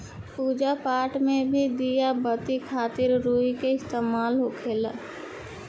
पूजा पाठ मे भी दिया बाती खातिर रुई के इस्तेमाल होखेला